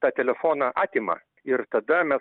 tą telefoną atima ir tada me